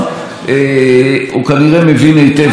הוא כנראה מבין היטב למה.